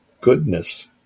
goodness